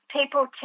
people